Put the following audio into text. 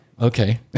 okay